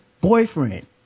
boyfriend